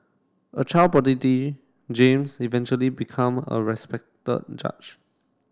a child James eventually become a respected judge